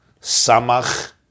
Samach